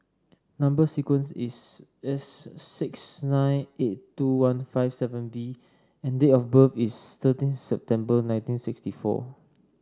number sequence is S six nine eight two one five seven B and date of birth is thirteen September nineteen sixty four